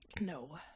No